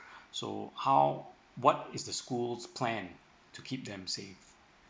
so how what is the school's plan to keep them safe